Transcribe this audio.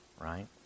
right